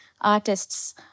Artists